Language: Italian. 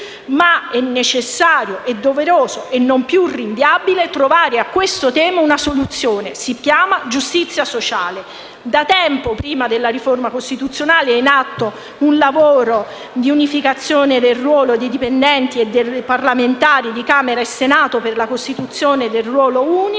Ma è necessario e doveroso e non più rinviabile trovare a questo tema una soluzione: si chiama giustizia sociale. Da tempo, prima della riforma costituzionale, è in atto un lavoro di unificazione del ruolo dei dipendenti e dei parlamentari di Camera e Senato per la costituzione del ruolo unico.